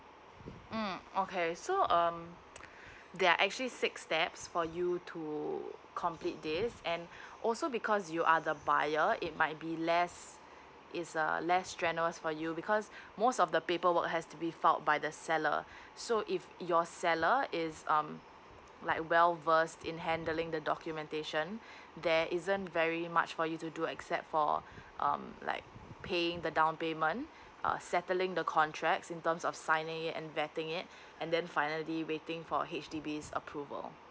uh okay so um there are actually six steps for you to complete this and also because you are the buyer it might be less it's err less strenuous for you because most of the paperwork has to be filed by the seller so if you're seller it's um like well versed in handIing the documentation there isn't very much for you to do except for um like paying the down payment uh settling the contracts in terms of signing it and vetting it and then finally waiting for H_D_B's approval